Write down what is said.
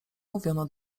mówiono